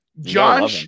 John